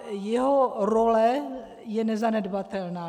Jeho role je nezanedbatelná.